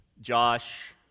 Josh